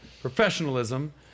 professionalism